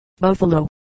Buffalo